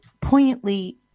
poignantly